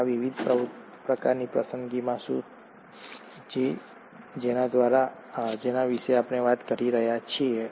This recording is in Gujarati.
તો આ વિવિધ પ્રકારની પસંદગીઓ શું છે જેના વિશે આપણે વાત કરી રહ્યા છીએ